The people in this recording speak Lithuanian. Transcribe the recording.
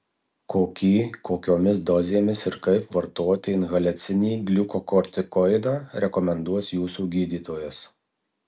kokį kokiomis dozėmis ir kaip vartoti inhaliacinį gliukokortikoidą rekomenduos jūsų gydytojas